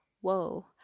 whoa